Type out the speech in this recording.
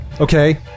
Okay